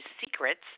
secrets